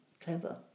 clever